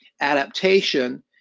adaptation